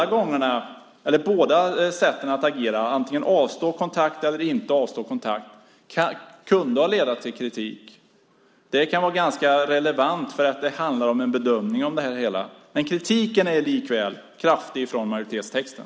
Båda sätten att agera - antingen att avstå från kontakten eller att inte avstå från kontakten - kunde ha lett till kritik. Det kan vara ganska relevant eftersom det handlar om en bedömning av det hela. Kritiken är likväl kraftig i majoritetstexten.